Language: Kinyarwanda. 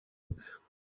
bwose